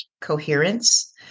coherence